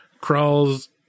crawls